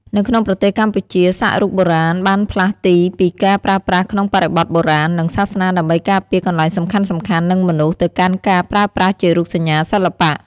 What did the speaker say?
នៅក្នុងប្រទេសកម្ពុជា សាក់រូបបុរាណបានផ្លាស់ទីពីការប្រើប្រាស់ក្នុងបរិបទបុរាណ និងសាសនាដើម្បីការពារកន្លែងសំខាន់ៗ និងមនុស្ស ទៅកាន់ការប្រើប្រាស់ជារូបសញ្ញាសិល្បៈ។